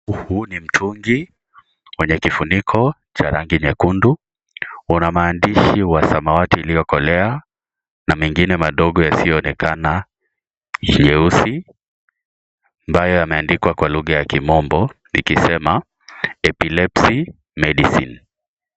Huu ni mtungi wenye kifuniko cha rangi nyeusi. Una maandishi ya samawati iliyokolea na mengine madogo yasiyoonekana nyeusi ambayo yameandikwa kwa lugha ya kimombo likisema epilepsy mesdicine .